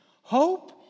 Hope